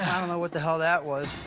i don't know what the hell that was.